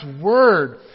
Word